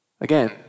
Again